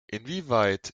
inwieweit